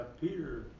Peter